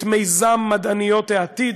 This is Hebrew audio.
את מיזם "מדעניות העתיד".